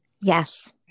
Yes